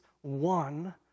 one